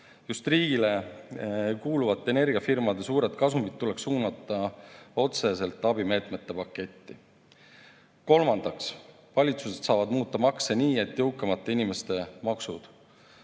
Just riigile kuuluvate energiafirmade suured kasumid tuleks suunata otseselt abimeetmete paketti. Kolmandaks, valitsused saavad muuta makse nii, et jõukamate inimeste maksud